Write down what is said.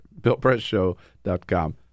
BillPressShow.com